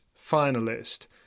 finalist